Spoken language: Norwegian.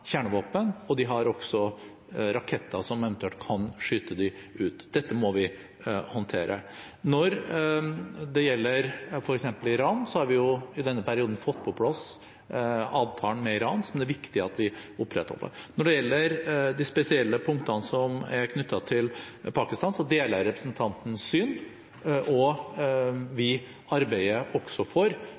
kjernevåpen, og de har også raketter som eventuelt kan skyte dem ut. Dette må vi håndtere. Når det gjelder f.eks. Iran, har vi i denne perioden fått på plass avtalen med Iran, som det er viktig at vi opprettholder. Når det gjelder de spesielle punktene som er knyttet til Pakistan, deler jeg representantens syn, og vi arbeider også for